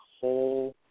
whole